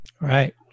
Right